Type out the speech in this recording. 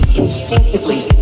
instinctively